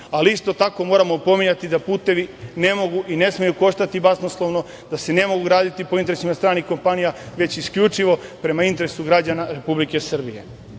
ali isto tako moramo pominjati da putevi ne mogu i ne smeju koštati basnoslovno, da se ne mogu graditi po interesima stranih kompanija već isključivo prema interesu građana Republike Srbije. Naravno